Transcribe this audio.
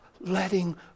letting